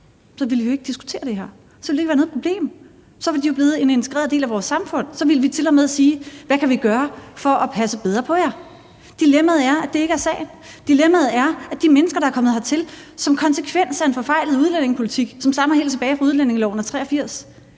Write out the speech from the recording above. ville vi jo ikke diskutere det her; så ville det ikke være noget problem. Så var de jo blevet en integreret del af vores samfund, og så ville vi tilmed sige: Hvad kan vi gøre for at passe bedre på jer? Dilemmaet er, at det ikke er sagen. Dilemmaet er, at de mennesker, der er kommet hertil som konsekvens af en forfejlet udlændingepolitik, som stammer helt tilbage fra udlændingeloven af